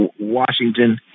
Washington